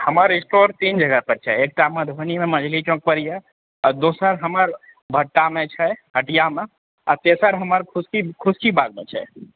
हमर स्टोर तीन जगह पर छै एक टा मधुबनीमे मंझली चौक पर यऽ आ दोसर हमर भट्टामे छै कदियामे आ तेसर हमर खुश्की खुश्कीबागमे छै